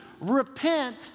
Repent